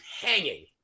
hanging